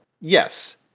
Yes